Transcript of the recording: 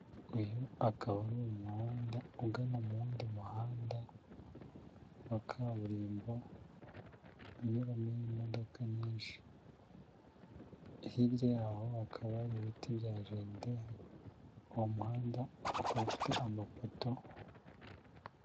Uyu akaba ari umuhanda ugana mu wundi muhanda wa kaburimbo, unyuramo imodoka nyinshi, hirya yaho hakaba ibiti bya jaride, uwo muhanda ukaba ufite amapoto...